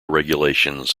regulations